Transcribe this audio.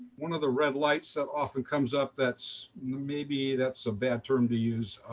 one of the red lights that often comes up that's maybe that's a bad term to use,